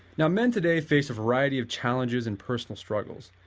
now, men today face a variety of challenges and personal struggles,